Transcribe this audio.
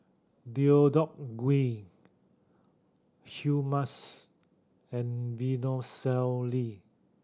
Deodeok Gui Hummus and Vermicelli